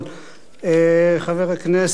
חבר הכנסת רוברט טיבייב,